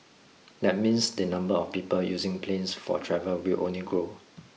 that means the number of people using planes for travel will only grow